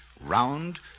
round